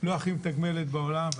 לא הכי מתגמלת בעולם,